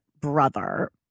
brother